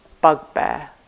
bugbear